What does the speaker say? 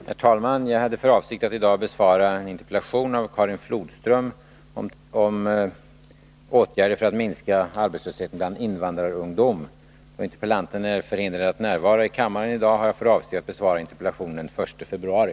Herr talman! Jag hade för avsikt att i dag besvara en interpellation av Karin Flodström om åtgärder för att minska arbetslösheten bland invandrarungdom. Då interpellanten är förhindrad att i dag närvara i kammaren, avser jag att besvara interpellationen den 1 februari.